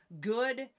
good